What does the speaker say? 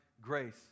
grace